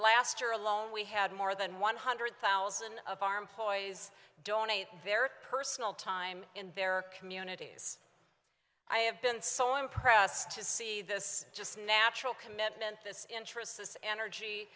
last year alone we had more than one hundred thousand of our employees donate their personal time in their communities i have been so impressed to see this just natural commitment this interest this energy